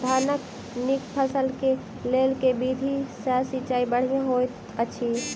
धानक नीक फसल केँ लेल केँ विधि सँ सिंचाई बढ़िया होइत अछि?